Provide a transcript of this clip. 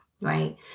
right